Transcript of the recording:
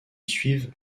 suivent